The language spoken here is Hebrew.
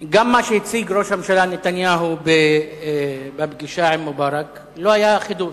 גם מה שהציג ראש הממשלה נתניהו בפגישה עם מובארק לא היה חידוש.